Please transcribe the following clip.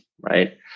right